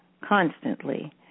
constantly